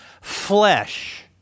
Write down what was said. flesh